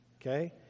okay